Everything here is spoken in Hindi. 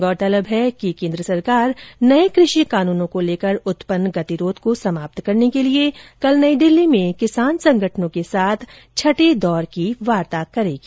गौरतलब है कि केंद्र सरकार नए कृषि कानूनों को लेकर उत्पन्न गतिरोध को समाप्त करने के लिए कल नई दिल्ली में किसान संगठनों के साथ छठे दौर की वार्ता करेगी